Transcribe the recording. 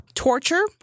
torture